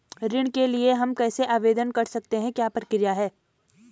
ऋण के लिए हम कैसे आवेदन कर सकते हैं क्या प्रक्रिया है?